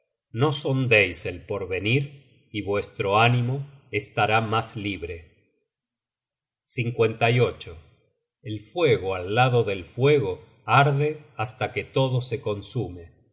no sondeis el porvenir y vuestro ánimo estará mas libre el fuego al lado del fuego arde hasta que todo se consume